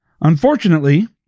Unfortunately